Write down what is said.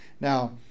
Now